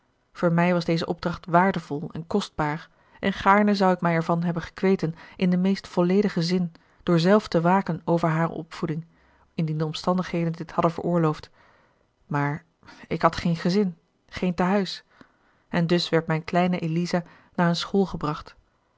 voor mij was deze opdracht waardevol en kostbaar en gaarne zou ik mij ervan hebben gekweten in den meest volledigen zin door zelf te waken over hare opvoeding indien de omstandigheden dit hadden veroorloofd maar ik had geen gezin geen tehuis en dus werd mijn kleine eliza naar eene school gebracht